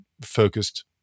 focused